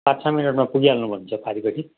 पाँच छ मिनेटमा पुगिहाल्नु हुन्छ पारिपट्टि